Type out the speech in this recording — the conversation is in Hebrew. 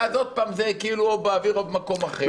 ואז עוד פעם, זה כאילו או באוויר או במקום אחר.